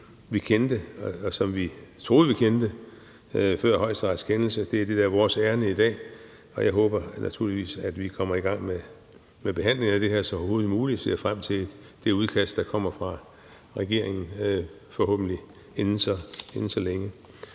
vi kendte, og som vi troede vi kendte, før Højesterets kendelse. Det er det, der er vores ærinde i dag, og jeg håber naturligvis, at vi kommer i gang med behandlingen af det her så hurtigt som muligt, og jeg ser frem til det udkast, der kommer fra regeringen, forhåbentlig inden så længe.